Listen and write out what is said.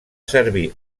servir